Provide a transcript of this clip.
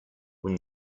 when